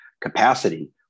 capacity